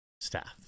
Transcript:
staff